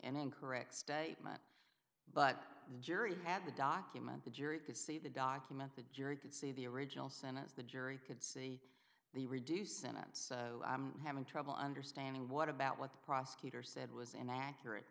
incorrect statement but the jury had the document the jury could see the document the jury could see the original sentence the jury could see the reduced sentence having trouble understanding what about what the prosecutor said was inaccurate